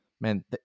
man